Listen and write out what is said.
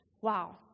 wow